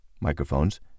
microphones